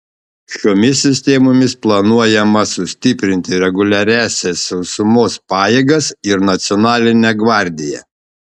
šiomis sistemomis planuojama sustiprinti reguliariąsias sausumos pajėgas ir nacionalinę gvardiją